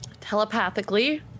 telepathically